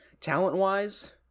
Talent-wise